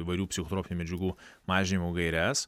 įvairių psichotropinių medžiagų mažinimo gaires